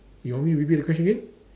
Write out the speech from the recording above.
you want me repeat the question again